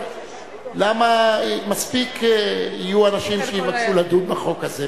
למה, מספיק יהיו אנשים שיבקשו לדון בחוק הזה.